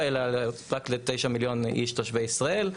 אלא רק ל-9 מיליון איש תושבי ישראל.